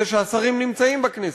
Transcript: בזה שהשרים נמצאים בכנסת.